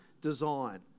design